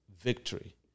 victory